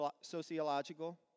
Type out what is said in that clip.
sociological